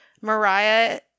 Mariah